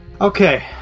Okay